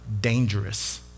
dangerous